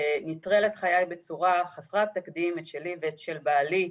שנטרל את חיי בצורה חסרת תקדים את שלי ואת של בעלי,